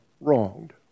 wronged